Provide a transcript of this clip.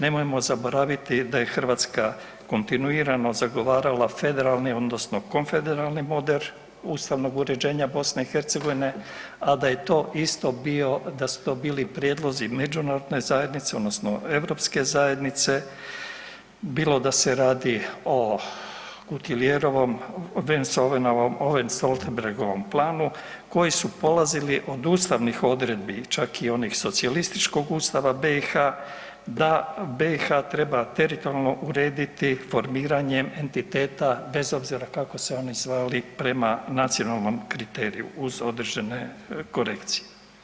Nemojmo zaboraviti da je Hrvatska kontinuirano zagovarala federalni, odnosno konfederalni model ustavnog uređenja Bosne i Hercegovine, a da je to isto bio, da su to bili prijedlozi Međunarodne zajednice, odnosno Europske zajednice, bilo da se radi o Kutiljerovom, Vance-Owenovom, Stoltenbergovom planu koji su polazili od ustavnih odredbi, čak i onih socijalističkog ustava BiH da BiH treba teritorijalno urediti formiranjem entiteta bez obzira kako se oni zvali prema nacionalnom kriteriju uz određene korekcije.